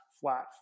flat